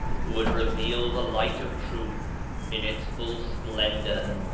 who would reveal the light of truth in its full splendour,